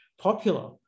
popular